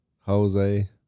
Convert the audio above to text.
Jose